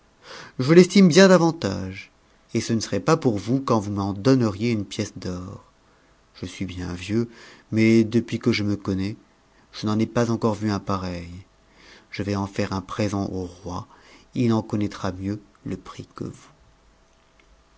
je l'estime bien davantage et ce ne serait pas pour vous quand vous m'en donneriez une pièce d'or je suis bien vieux mais depuis que je m connais je n'en ai pas encore vu un pareil je vais en faire un présent an roi il en connattra mieux le prix que vous